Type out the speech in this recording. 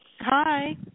Hi